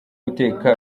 guteka